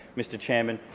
mr chairman,